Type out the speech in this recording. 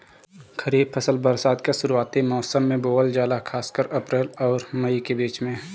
खरीफ फसल बरसात के शुरूआती मौसम में बोवल जाला खासकर अप्रैल आउर मई के बीच में